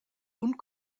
und